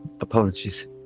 Apologies